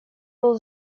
был